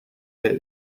beta